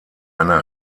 einer